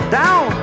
down